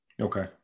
Okay